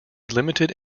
limited